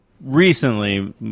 recently